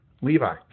Levi